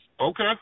Okay